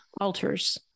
altars